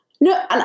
no